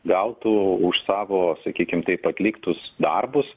gautų už savo sakykim taip atliktus darbus